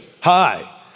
hi